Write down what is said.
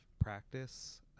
practice